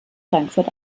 frankfurt